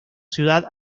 ciudad